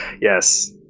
Yes